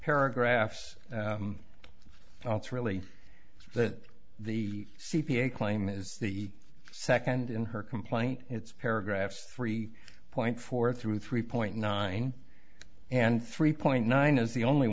paragraphs it's really that the c p a claim is the second in her complaint it's paragraphs three point four through three point nine and three point nine is the only